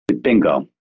Bingo